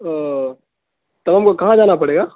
او تو ہم کو کہاں جانا پڑے گا